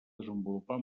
desenvolupar